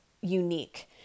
unique